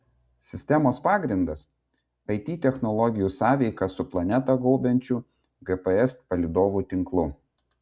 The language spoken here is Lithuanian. sistemos pagrindas it technologijų sąveika su planetą gaubiančiu gps palydovų tinklu